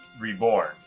Reborn